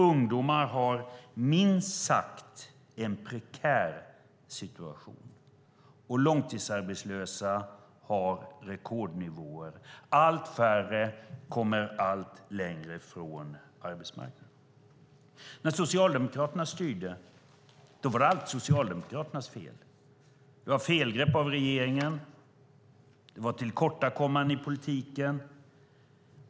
Ungdomar har en minst sagt prekär situation, och antalet långtidsarbetslösa har nått rekordnivå. Allt färre kommer allt längre från arbetsmarknaden. När Socialdemokraterna styrde var allt alltid Socialdemokraternas fel. Det var felgrepp av regeringen, och det var tillkortakommanden i politiken.